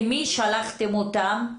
למי שלחתם אותם?